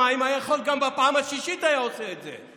אם היה יכול, גם בפעם השישית היה עושה את זה.